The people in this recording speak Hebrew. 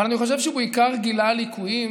אבל אני חושב שהוא בעיקר גילה ליקויים